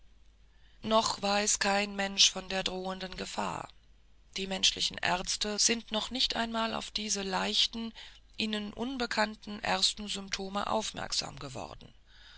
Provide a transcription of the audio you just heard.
noch weiß kein mensch von der drohenden gefahr die menschlichen ärzte sind noch nicht einmal auf diese leichten ihnen unbekannten ersten symptome aufmerksam geworden